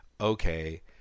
okay